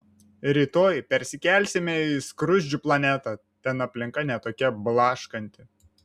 rytoj persikelsime į skruzdžių planetą ten aplinka ne tokia blaškanti